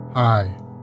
Hi